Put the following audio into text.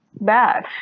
bad